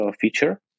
feature